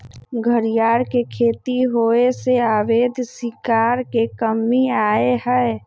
घरियार के खेती होयसे अवैध शिकार में कम्मि अलइ ह